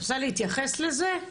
את רוצה להתייחס לזה?